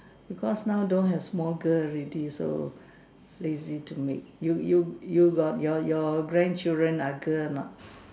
because now don't have small girl already so lazy to make you you you got your your grandchildren ah girl or not